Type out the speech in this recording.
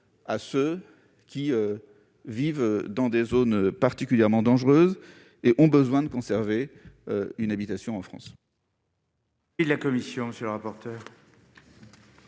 qui vivent dans des zones particulièrement dangereuses et qui ont besoin de conserver une habitation en France.